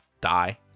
die